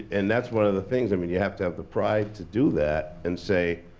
and that's one of the things, i mean you have to have the pride to do that, and say,